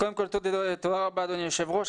קודם כל תודה רבה, אדוני היושב-ראש.